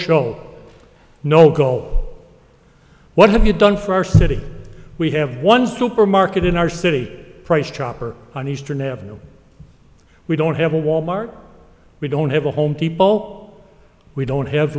show no go what have you done for our city we have one supermarket in our city price chopper on eastern avenue we don't have a wal mart we don't have a home depot we don't have